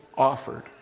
Offered